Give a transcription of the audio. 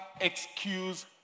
excuse